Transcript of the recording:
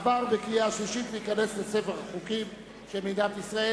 עבר בקריאה שלישית וייכנס לספר החוקים של מדינת ישראל.